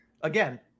again